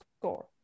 score